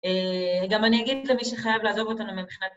א...גם אני אגיד למי שחייב לעזוב אותנו מבחינת...